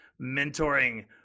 mentoring